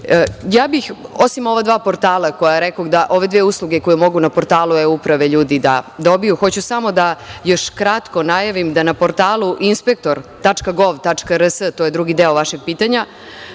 bih, osim ova dva portala, ove dve usluge koje mogu na portalu e-Uprave ljudi da dobiju, hoću samo da još kratko najavim da na portalu inspektor.gov.rs, to je drugi deo vašeg pitanja,